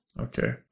Okay